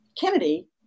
Kennedy